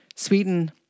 Sweden